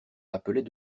appelait